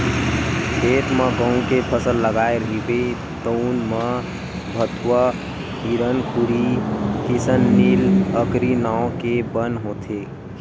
खेत म गहूँ के फसल लगाए रहिबे तउन म भथुवा, हिरनखुरी, किसननील, अकरी नांव के बन होथे